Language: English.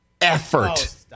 Effort